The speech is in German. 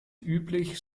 üblich